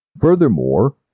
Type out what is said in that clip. Furthermore